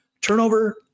turnover